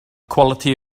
quality